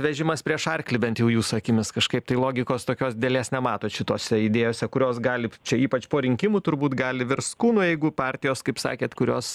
vežimas prieš arklį bent jau jūsų akimis kažkaip tai logikos tokios didelės nematot šitose idėjose kurios gali čia ypač po rinkimų turbūt gali virst kūnu jeigu partijos kaip sakėt kurios